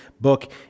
book